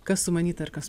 kas sumanyta ir kas